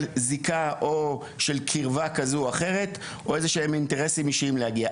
זיקה או קרבה כזו או אחרת או איזה שהם אינטרסים אישיים להגיע לכאן.